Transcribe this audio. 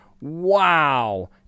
wow